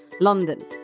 London